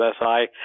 SI